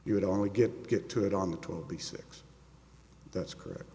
you would only get get to it on the top be six that's correct